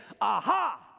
aha